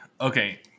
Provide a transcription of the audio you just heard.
okay